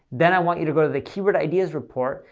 then i want you to go to the key word ideas report,